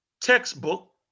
textbook